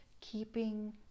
keeping